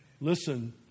Listen